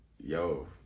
yo